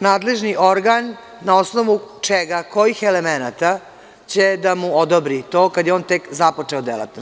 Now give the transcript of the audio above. nadležni organ na osnovu čega, kojih elemenata će da mu odobri to, kad je on tek započeo delatnost?